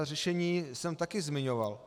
Řešení jsem taky zmiňoval.